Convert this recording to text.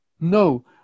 No